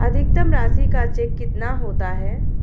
अधिकतम राशि का चेक कितना होता है?